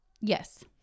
Yes